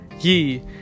Ye